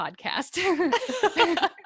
podcast